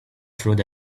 through